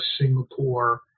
Singapore